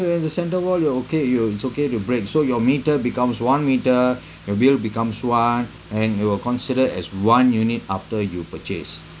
the center wall you okay you'll it's okay to break so your meter becomes one meter your bill becomes one and it will considered as one unit after you purchase